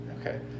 okay